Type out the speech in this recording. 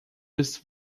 bis